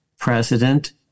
president